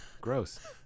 gross